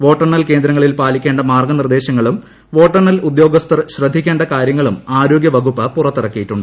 വോട്ടെണ്ണൽ കേന്ദ്രങ്ങളിൽ പാലിക്കേണ്ട മീർഗ്ഗ്നിർദേശങ്ങളും വോട്ടെണ്ണൽ ഉദ്യോഗസ്സ്മർ ശ്രദ്ധിക്കേണ്ട കാര്യങ്ങളും ആരോഗ്യ വകുപ്പ് പുറത്തിറക്കിയിട്ടുണ്ട്